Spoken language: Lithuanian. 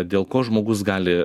dėl ko žmogus gali